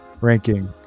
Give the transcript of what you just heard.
ranking